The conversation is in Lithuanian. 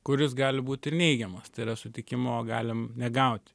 kuris gali būt ir neigiamas tai yra sutikimo galim negaut